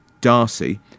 Darcy